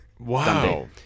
Wow